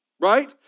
Right